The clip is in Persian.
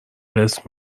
قسط